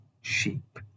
sheep